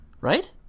Right